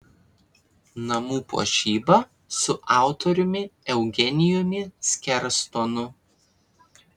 namų puošyba su autoriumi eugenijumi skerstonu